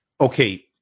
Okay